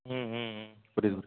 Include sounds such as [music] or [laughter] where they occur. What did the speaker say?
ம் ம் ம் புரியுது [unintelligible]